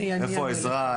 איפה העזרה,